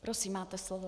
Prosím, máte slovo.